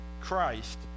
Christ